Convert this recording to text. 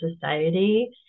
society